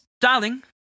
darling